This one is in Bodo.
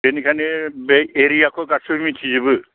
बेनिखायनो बे एरियाखौ गासैबो मिथिजोबो